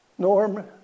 Norm